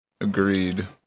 Agreed